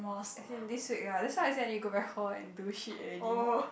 as in this week ah that's why I say I need go back hall and do shit already